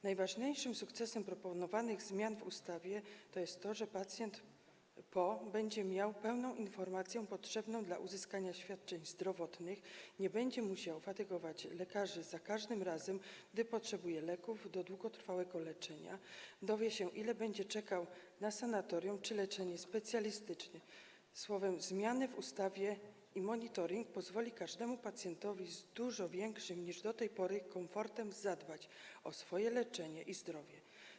Najważniejszym sukcesem w zakresie proponowanych zmian w ustawie jest to, że pacjent będzie miał pełną informację potrzebną do uzyskania świadczeń zdrowotnych, nie będzie musiał fatygować lekarzy za każdym razem, gdy potrzebuje leków do długotrwałego leczenia, dowie się, ile będzie czekał na miejsce w sanatorium czy leczenie specjalistyczne - słowem zmiany w ustawie i monitoring pozwolą każdemu pacjentowi z dużo większym niż do tej pory komfortem zadbać o swoje leczenie i zdrowie.